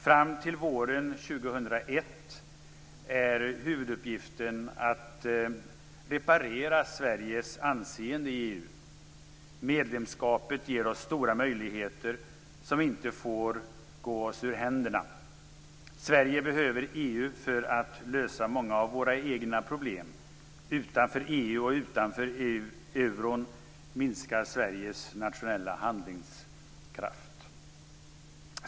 Fram till våren 2001 är huvuduppgiften att reparera Sveriges anseende i EU. Medlemskapet ger oss stora möjligheter som inte får gå oss ur händerna. Sverige behöver EU för att lösa många av våra egna problem. Utanför EU och utanför euron minskar Sveriges nationella handlingskraft.